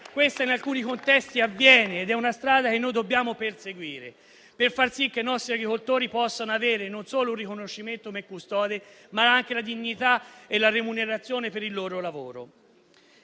perché in alcuni contesti ciò avviene ed è una strada che dobbiamo perseguire per far sì che i nostri agricoltori possano avere non solo un riconoscimento come custodi, ma anche la dignità e la remunerazione per il loro lavoro.